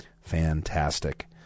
fantastic